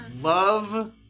Love